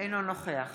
אינו נוכח